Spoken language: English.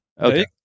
Okay